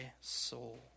soul